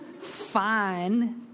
fine